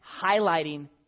highlighting